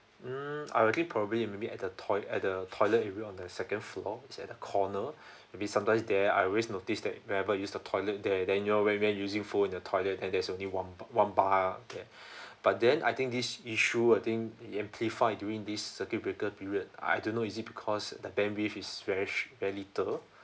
mm I already probably maybe at the toi~ at the toilet if you on the second floor it's at the corner maybe sometimes there I always notice that whenever I use the toilet there then you all went there using phone in the toilet and there's only one one bar okay but then I think this issue I think it amplified during this circuit breaker period I don't know is it because the bandwidth is very s~ very little